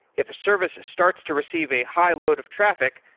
if a service starts to receive a high load of traffic,